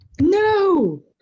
No